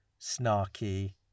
snarky